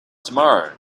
tomorrow